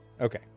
Okay